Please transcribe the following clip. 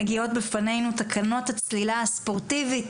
מגיעות בפנינו תקנות הצלילה הספורטיבית